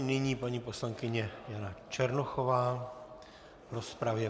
Nyní paní poslankyně Černochová v rozpravě.